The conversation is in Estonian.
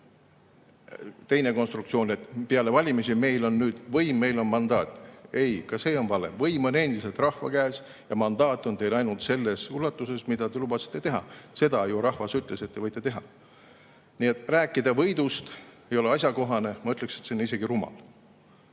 teine konstruktsioon on selline, et peale valimisi on meil võim, on meil mandaat, siis ei, ka see on vale. Võim on endiselt rahva käes ja mandaat on teil ainult selles ulatuses, mida te lubasite teha. Selle kohta ju rahvas ütles, et te võite teha. Nii et rääkida võidust ei ole asjakohane, ma ütleksin, et see on isegi rumal.